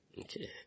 Okay